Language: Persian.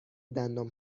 دندان